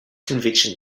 conviction